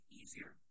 easier